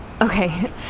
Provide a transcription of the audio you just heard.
Okay